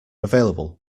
available